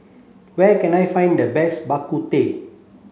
where can I find the best Bak Kut Teh